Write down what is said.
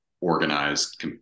organized